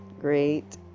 great